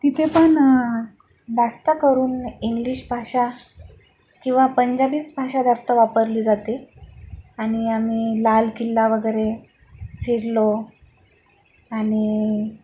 तिथे पण जास्त करून इंग्लिश भाषा किंवा पंजाबीच भाषा जास्त वापरली जाते आणि आम्ही लाल किल्ला वगैरे फिरलो आणि